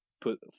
put